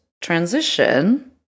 transition